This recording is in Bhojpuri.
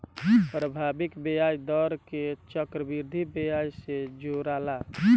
प्रभावी ब्याज दर के चक्रविधि ब्याज से जोराला